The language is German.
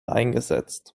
eingesetzt